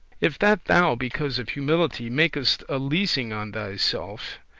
if that thou, because of humility, makest a leasing on thyself,